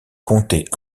comté